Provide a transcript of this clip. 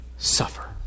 suffer